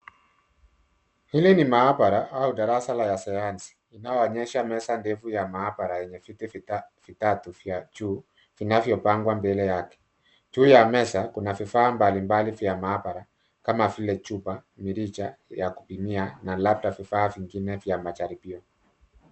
Hili ni maabara au darasa la sayansi inayoonyesha meza ndefu ya maabara yenye viti vitatu vya juu vinavyopangwa mbele yake. Juu ya meza kuna vifaa mbalimbali vya maabara kama vile chupa, mirija vya kupimia na labda vifaa vingine vya majaribio.